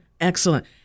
Excellent